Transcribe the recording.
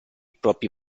propri